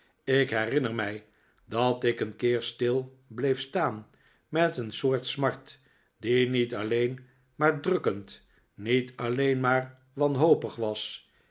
ik herinner mij dat ik een keer stil bleef staan met een soort smart die niet alleen maar drukkend niet alleen maar wanhopig was